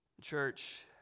Church